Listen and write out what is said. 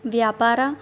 వ్యాపార